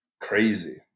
crazy